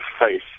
face